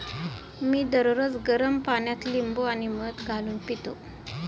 मी दररोज गरम पाण्यात लिंबू आणि मध घालून पितो